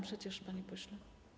przecież, panie pośle.